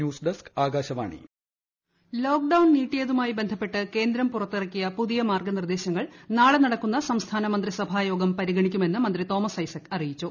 news desk Akashvani Thomas Isaac intro lockdown നീട്ടിയതുമായി ബന്ധപ്പെട്ട് കേന്ദ്രം പുറത്തിറക്കിയ പുതിയ മാർഗ്ഗനിർദ്ദേശങ്ങൾ നാളെ നടക്കുന്ന സംസ്ഥാന മന്ത്രിസഭായോഗം പരിഗണിക്കുമെന്ന് മന്ത്രി തോമസ് ഐസക് അറിയിച്ചു